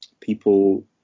people